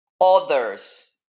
others